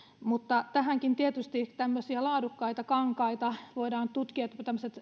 tähänkin tarvitaan tietysti tämmöisiä laadukkaita kankaita voidaan tutkia